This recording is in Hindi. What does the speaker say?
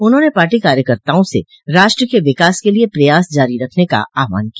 उन्होंने पार्टी कार्यकर्ताओं से राष्ट्र के विकास के लिए प्रयास जारी रखने का आहवान किया